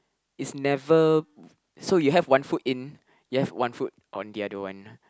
is never so you have one foot in you have one foot on the other one